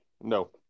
No